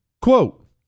Quote